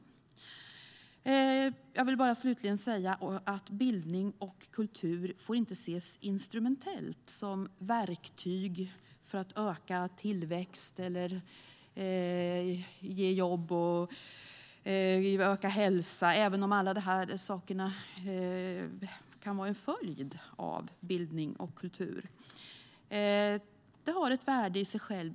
Slutligen vill jag bara säga att bildning och kultur inte får ses instrumentellt som ett verktyg för att öka tillväxt, för ökad hälsa eller för att skapa jobb, även om allt detta kan vara en följd av bildning och kultur.